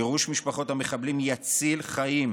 גירוש משפחות המחבלים יציל חיים,